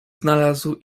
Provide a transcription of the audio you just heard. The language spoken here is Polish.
znalazł